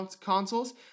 consoles